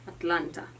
Atlanta